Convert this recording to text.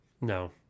No